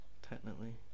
technically